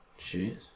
jeez